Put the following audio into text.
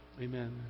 amen